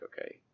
okay